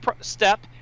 step